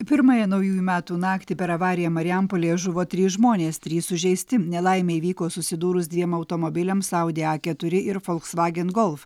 pirmąją naujųjų metų naktį per avariją marijampolėje žuvo trys žmonės trys sužeisti nelaimė įvyko susidūrus dviem automobiliams audi a keturi ir volkswagen golf